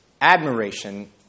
admiration